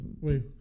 wait